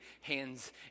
hands